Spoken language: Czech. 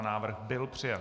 Návrh byl přijat.